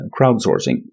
Crowdsourcing